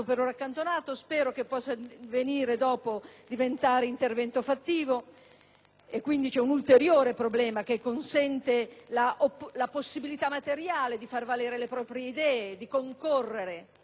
Quindi, c'è un ulteriore problema che contrasta la possibilità materiale di far valere le proprie idee e di concorrere anche se non si raggiunge il 4 per cento (ritengo che anche questa sia un'opinione abbastanza personale).